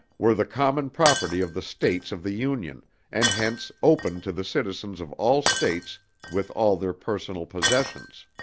were the common property of the states of the union and hence open to the citizens of all states with all their personal possessions.